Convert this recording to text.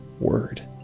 word